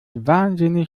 wahnsinnig